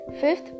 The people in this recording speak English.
Fifth